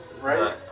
right